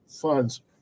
funds